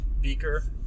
Beaker